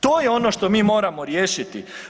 To je ono što mi moramo riješiti.